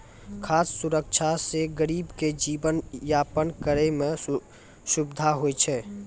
खाद सुरक्षा से गरीब के जीवन यापन करै मे सुविधा होय छै